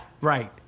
Right